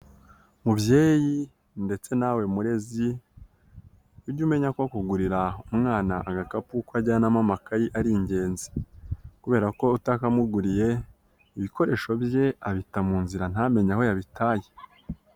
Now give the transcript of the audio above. Mubyeyi ndetse nawe murezi ujye umenya ko kugurira umwana agakapu kuko ajyanamo amakayi ari ingenzi, kubera ko utakamuguriye ibikoresho bye abita mu nzira ntamenye aho yabitaye.